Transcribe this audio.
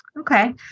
Okay